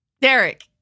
Derek